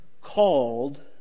called